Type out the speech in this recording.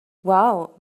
wow